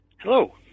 Hello